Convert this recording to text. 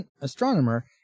astronomer